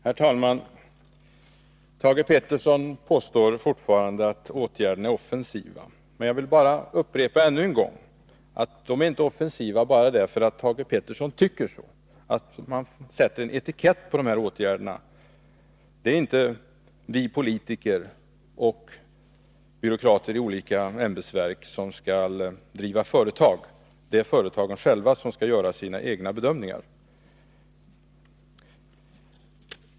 Herr talman! Thage Peterson påstår fortfarande att åtgärderna är offensiva. Jag vill upprepa ännu en gång att de inte är offensiva bara därför att Thage Peterson tycker så och sätter en etikett på dessa åtgärder. Det är inte vi politiker eller byråkrater i olika ämbetsverk som skall driva företag — det är företagen själva som skall göra sina egna bedömningar.